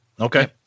Okay